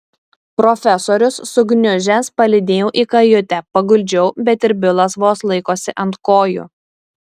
profesorius sugniužęs palydėjau į kajutę paguldžiau bet ir bilas vos laikosi ant kojų